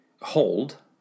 hold